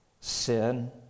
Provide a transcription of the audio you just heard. sin